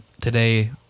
today